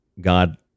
God